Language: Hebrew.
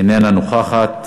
אינה נוכחת,